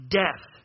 death